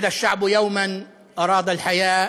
(אומר דברים בשפה הערבית,